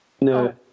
No